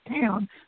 town